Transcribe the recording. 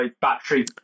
battery